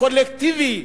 קולקטיבי,